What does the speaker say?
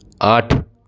आठ